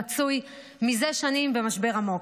מצוי מזה שנים במשבר עמוק.